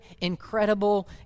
incredible